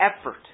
effort